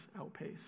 outpace